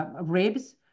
ribs